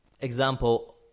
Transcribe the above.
example